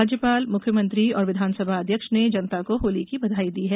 राज्यपाल मुख्यमंत्री और विधानसभा अध्यक्ष ने जनता को होली की बधाई दी है